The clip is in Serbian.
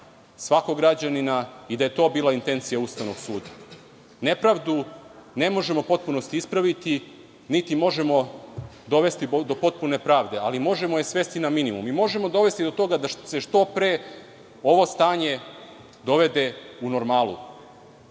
svakog građanina i da je to bila intencija Ustavnog suda. Nepravdu ne možemo u potpunosti ispraviti, niti možemo dovesti do potpune pravde, ali možemo je svesti na minimum. Možemo dovesti do toga da se što pre ovo stanje dovede u normalu